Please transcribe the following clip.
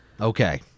okay